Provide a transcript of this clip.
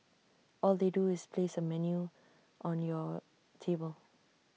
all they do is place A menu on your table